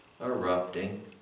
erupting